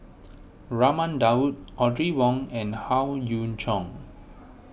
Raman Daud Audrey Wong and Howe Yoon Chong